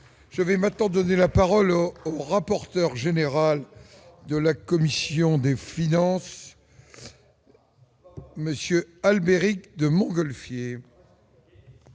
je vais maintenant donner la parole au rapporteur général de la commission des finances Monsieur Albéric de Montgolfier.